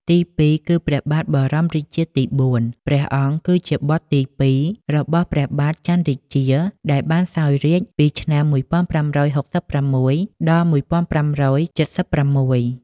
ទីពីរគឺ ព្រះបាទបរមរាជាទី៤ ព្រះអង្គគឺជាបុត្រទី២ របស់ព្រះបាទចន្ទរាជា ដែលបានសោយរាជ្យពីឆ្នាំ ១៥៦៦ ដល់ ១៥៧៦។